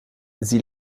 sie